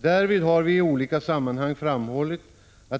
Därvid har vi i olika sammanhang framhållit